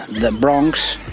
the bronx.